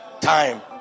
time